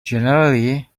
generally